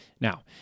Now